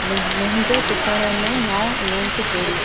मुंहिंजे टिपणे में नओं इवेंट जोड़ियो